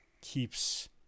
keeps